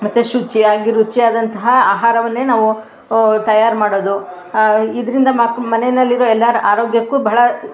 ಮತ್ತು ಶುಚಿಯಾಗಿ ರುಚಿಯಾದಂತಹ ಆಹಾರವನ್ನೇ ನಾವು ತಯಾರು ಮಾಡೋದು ಇದರಿಂದ ಮನೆಯಲ್ಲಿರೋ ಎಲ್ಲರ ಆರೋಗ್ಯಕ್ಕೂ ಬಹಳ